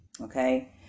Okay